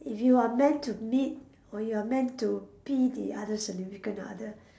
if you are meant to meet or you are meant to be the other significant other